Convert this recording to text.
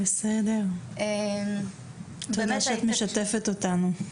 זה בסדר, תודה רבה לך שאת משתפת אותנו.